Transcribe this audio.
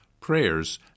prayers